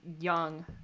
young